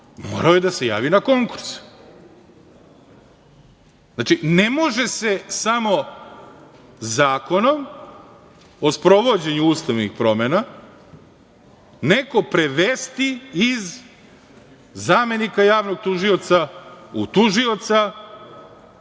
morao je da se javi na konkurs. Znači, ne može se samo zakonom o sprovođenju ustavnih promena neko prevesti iz zamenika javnog tužioca u tužioca,